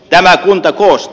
tämä kuntakoosta